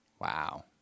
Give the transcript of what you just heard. Wow